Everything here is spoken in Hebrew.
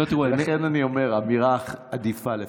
לכן אני אומר: אמירה עדיפה לפעמים.